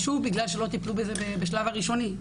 ושוב, בגלל שלא טיפלו בזה בשלב הראשוני.